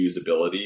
usability